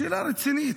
שאלה רצינית.